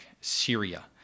Syria